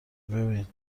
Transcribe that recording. ببین